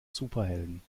superhelden